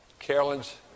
Carolyn's